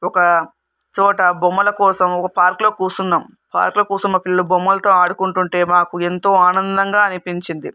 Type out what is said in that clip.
ఒక చోట బొమ్మల కోసం ఒక పార్కులో కూచున్నాం పార్కులో కూర్చొని మా పిల్లలు బొమ్మలతో ఆడుకుంటూ ఉంటే మాకు ఎంతో ఆనందంగా అనిపించింది